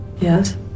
Yes